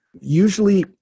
usually